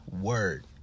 word